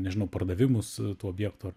nežinau pardavimus tų objektų ar